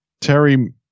Terry